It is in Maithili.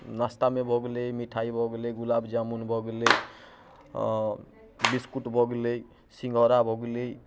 नस्तामे भऽ गेलै मिठाइ भऽ गेलै गुलाब जामुन भऽ गेलै आओर बिस्कुट भऽ गेलै सिंघारा भऽ गेलै